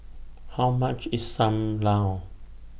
How much IS SAM Lau